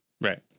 right